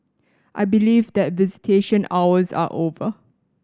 I believe that visitation hours are over